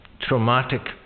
traumatic